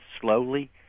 slowly